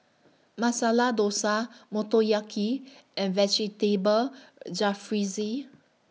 Masala Dosa Motoyaki and Vegetable Jalfrezi